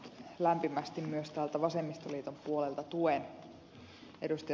lämpimästi myös täältä vasemmistoliiton puolelta tuen ed